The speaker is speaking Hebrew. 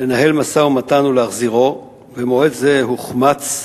לנהל משא-ומתן ולהחזירו, ומועד זה הוחמץ,